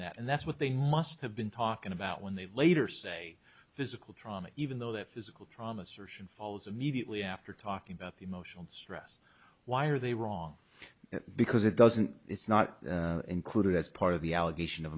that and that's what they must have been talking about when they later say physical trauma even though that physical trauma surgeon falls immediately after talking about the emotional stress why are they wrong because it doesn't it's not included as part of the allegation of